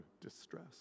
distress